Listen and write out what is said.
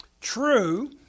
true